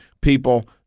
people